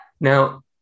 Now